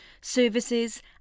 services